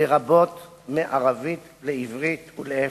לרבות מערבית לעברית ולהיפך,